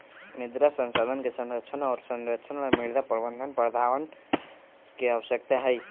मृदा संसाधन के संरक्षण और संरक्षण ला मृदा प्रबंधन प्रथावन के आवश्यकता हई